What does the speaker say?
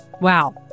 Wow